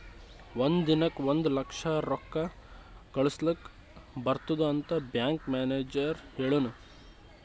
ಒಂದ್ ದಿನಕ್ ಒಂದ್ ಲಕ್ಷ ರೊಕ್ಕಾ ಕಳುಸ್ಲಕ್ ಬರ್ತುದ್ ಅಂತ್ ಬ್ಯಾಂಕ್ ಮ್ಯಾನೇಜರ್ ಹೆಳುನ್